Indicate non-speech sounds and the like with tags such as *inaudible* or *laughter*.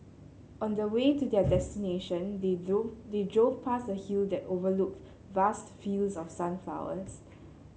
on the way to their destination they *unintelligible* they drove past a hill that overlooked vast fields of sunflowers